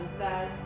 says